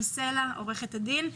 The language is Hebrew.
עורכת הדין תמי סלע,